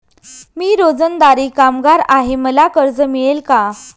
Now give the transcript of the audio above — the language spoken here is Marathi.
मी रोजंदारी कामगार आहे मला कर्ज मिळेल का?